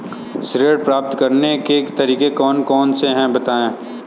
ऋण प्राप्त करने के तरीके कौन कौन से हैं बताएँ?